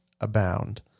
abound